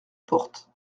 porte